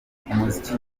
umuziki